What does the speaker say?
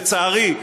לצערי,